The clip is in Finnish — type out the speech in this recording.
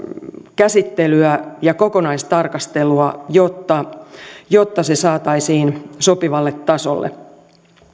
käsittelyä ja kokonaistarkastelua jotta jotta se saataisiin sopivalle tasolle